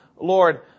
Lord